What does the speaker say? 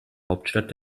hauptstadt